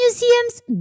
museums